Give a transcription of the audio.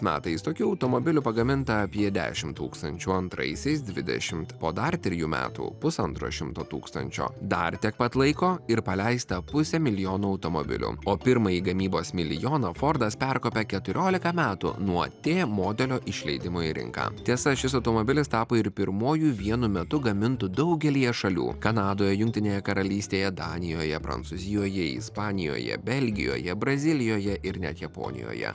metais tokių automobilių pagaminta apie dešimt tūkstančių antrisiais dvidešimt po dar trijų metų pusantro šimto tūkstančio dar tiek pat laiko ir paleista pusė milijono automobilio o pirmąjį gamybos milijoną fordas perkopė keturiolika metų nuo tė modelio išleidimo į rinką tiesa šis automobilis tapo ir pirmuoju vienu metu gamintu daugelyje šalių kanadoje jungtinėje karalystėje danijoje prancūzijoje ispanijoje belgijoje brazilijoje ir net japonijoje